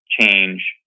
change